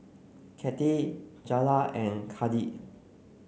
Kathy Jaylah and Kadin